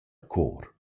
cor